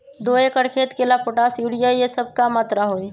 दो एकर खेत के ला पोटाश, यूरिया ये सब का मात्रा होई?